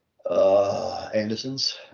Andersons